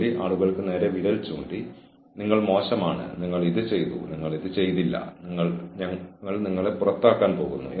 ജീവനക്കാരന് നിർദ്ദേശിച്ചതെന്തും പിന്തുടരുന്നുണ്ടോ ഇല്ലയോ എന്ന് സൂപ്പർവൈസർ നോക്കുന്നു